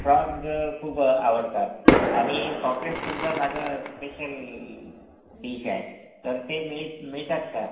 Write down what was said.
prawns खूप आवडतात आणि पॉपलेटसुद्धा माझं स्पेशल डिश आहे तर ते मिळ मिळतात का